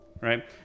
right